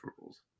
rules